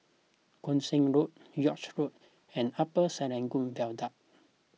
Koon Seng Road York Road and Upper Serangoon Viaduct